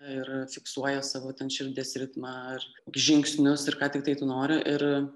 ir fiksuoja savo širdies ritmą ar žingsnius ir ką tiktai tu nori ir